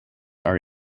are